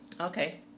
Okay